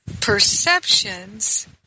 perceptions